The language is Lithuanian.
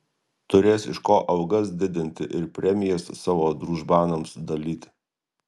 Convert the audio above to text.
turės iš ko algas didinti ir premijas savo družbanams dalyti